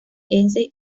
ese